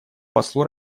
послу